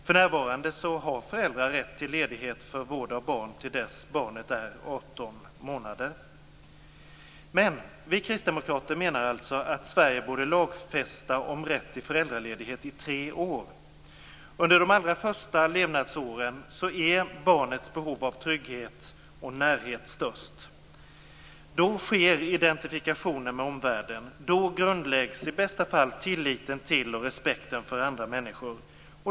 För närvarande har föräldrar rätt till ledighet för vård av barn till dess att barnet är 18 månader. Vi kristdemokrater menar dock att Sverige borde lagfästa en rätt till föräldraledighet i tre år. Under de allra första levnadsåren är barnets behov av trygghet och närhet störst. Då sker identifikationen med omvärlden, och då grundläggs i bästa fall tilliten till och respekten för andra människor.